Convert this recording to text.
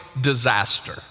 disaster